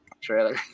trailer